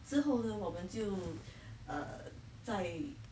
之后呢我们就 err 在